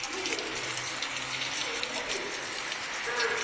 हम बोलिए हाँ